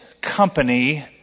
company